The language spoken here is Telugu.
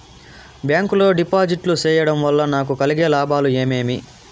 బ్యాంకు లో డిపాజిట్లు సేయడం వల్ల నాకు కలిగే లాభాలు ఏమేమి?